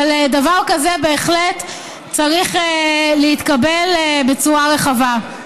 אבל דבר כזה בהחלט צריך להתקבל בצורה רחבה.